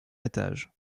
étage